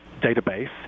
database